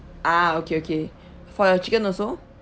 ah okay okay for your chicken also